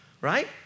right